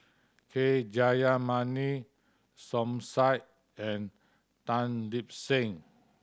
K Jayamani Som Said and Tan Lip Seng